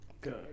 Good